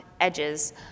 edges